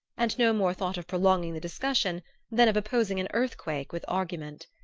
and no more thought of prolonging the discussion than of opposing an earthquake with argument.